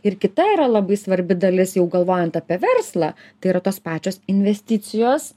ir kita yra labai svarbi dalis jau galvojant apie verslą tai yra tos pačios investicijos